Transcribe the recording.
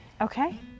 Okay